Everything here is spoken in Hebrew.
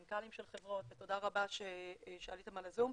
מנכ"לים של חברות, ותודה רבה שעליתם לזום,